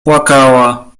płakała